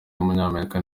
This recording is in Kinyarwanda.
w’umunyamerika